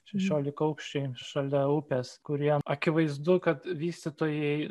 šešiolikaaukščiai šalia upės kurie akivaizdu kad vystytojai